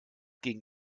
gegen